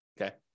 Okay